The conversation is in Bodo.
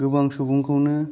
गोबां सुबुंंखौनो